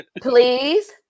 Please